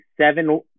seven